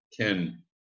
Ken